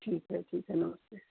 ठीक है ठीक है नमस्ते